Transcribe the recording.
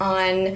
on